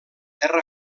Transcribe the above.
terra